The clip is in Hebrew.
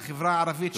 לחברה הערבית,